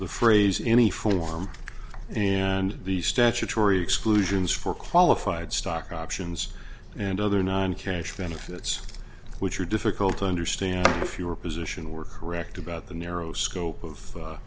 the phrase in any form and the statutory exclusions for qualified stock options and other non cash benefits which are difficult to understand if you were position were correct about the narrow scope of